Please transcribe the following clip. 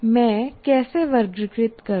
मैं कैसे वर्गीकृत करूं